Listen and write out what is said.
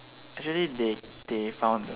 actually they they found